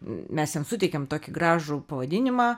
mes jam suteikėm tokį gražų pavadinimą